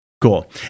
Cool